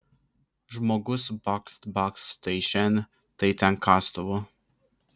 žmogus bakst bakst tai šen tai ten kastuvu